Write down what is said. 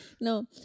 No